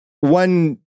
One